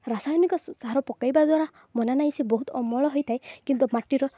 ରାସାୟନିକ ସାର ପକାଇବା ଦ୍ୱାରା ମନା ନାହିଁ ସେ ବହୁତ ଅମଳ ହୋଇଥାଏ କିନ୍ତୁ ମାଟିର